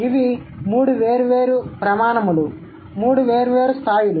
ఇవి మూడు వేర్వేరు ప్రమాణములు మూడు వేర్వేరు స్థాయిలు